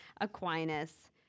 Aquinas